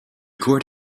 court